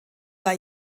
war